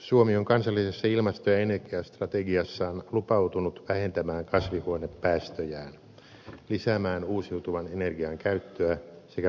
suomi on kansallisessa ilmasto ja energiastrategiassaan lupautunut vähentämään kasvihuonepäästöjään lisäämään uusiutuvan energian käyttöä sekä parantamaan energiatehokkuutta